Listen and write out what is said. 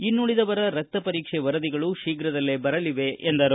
ಇನ್ನುಳಿದವರ ರಕ್ತ ಪರೀಕ್ಷೆ ವರದಿಗಳು ಶೀಘ್ರದಲ್ಲೇ ಬರಲಿವೆ ಎಂದರು